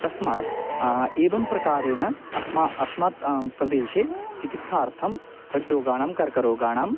तस्मात् एवं प्रकारेण अस्मा अस्मात् प्रेदेशे चिकित्सार्थं हृद्रोगाणां कर्करोगाणां